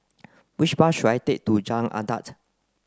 which bus should I take to Jalan Adat